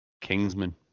Kingsman